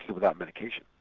without medication.